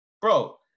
bro